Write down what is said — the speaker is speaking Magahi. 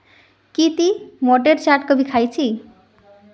की टी मोठेर चाट कभी ख़या छि